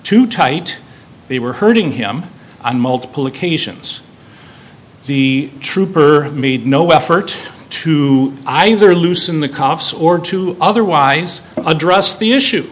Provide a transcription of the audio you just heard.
too tight they were hurting him on multiple occasions the trooper made no effort to either loosen the cops or to otherwise address the issue